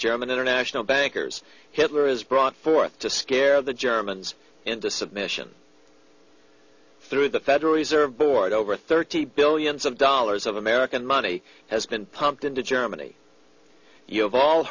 german international bankers hitler is brought forth to scare the germans into submission through the federal reserve board over thirty billions of dollars of american money has been pumped into germany you